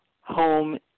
Home